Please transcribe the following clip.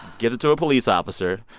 gives it to a police officer.